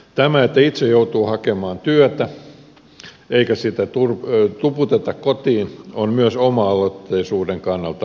tämä että itse joutuu hakemaan työtä eikä sitä tuputeta kotiin on myös oma aloitteisuuden kannalta merkittävää